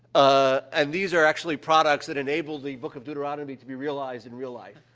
ah, and these are actually products that enable the book of deuteronomy to be realized in real life.